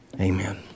Amen